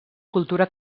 cultura